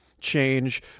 change